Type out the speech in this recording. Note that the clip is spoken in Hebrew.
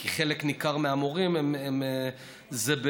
כי חלק ניכר מהמורים זה במשחק.